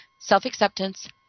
self-acceptance